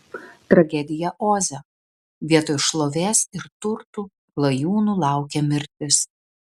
tragedija oze vietoj šlovės ir turtų klajūnų laukė mirtis